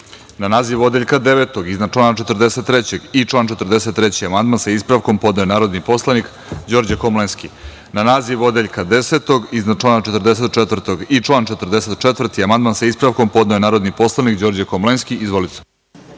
naziv odeljka 13. iznad člana 47. i naziv člana 47. amandman, sa ispravkom, podneo je narodni poslanik Đorđe Komlenski. Na naziv odeljka 14. iznad člana 48. i član 48. amandman, sa ispravkom, podneo je narodni poslanik Đorđe Komlenski. Na naziv